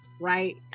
right